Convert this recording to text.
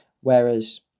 whereas